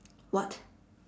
what